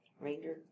ranger